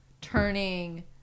turning